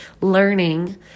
learning